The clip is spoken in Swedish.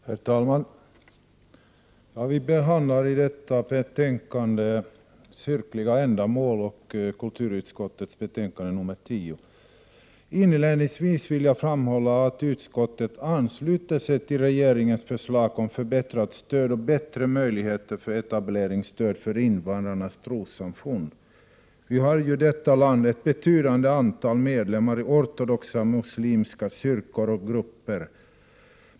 Herr talman! Vi behandlar i detta betänkande kyrkliga ändamål och kulturutskottets betänkande nr 10. Inledningsvis vill jag framhålla att utskottet ansluter sig till regeringens förslag om förbättrat stöd och bättre möjligheter för etableringsstöd till invandrarnas trossamfund. Vi har ju i detta land ett betydande antal medlemmar i ortodoxa och muslimska kyrkor och grupper.